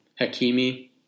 Hakimi